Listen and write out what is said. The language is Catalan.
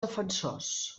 defensors